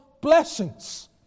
blessings